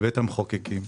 בבית המחוקקים.